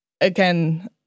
again